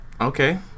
Okay